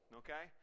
okay